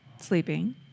sleeping